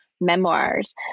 memoirs